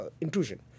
intrusion